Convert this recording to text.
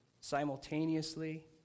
simultaneously